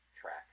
track